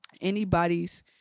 anybody's